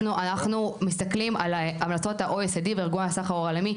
אנחנו מסתכלים על המלצות ה-OECD וארגון הסחר העולמי,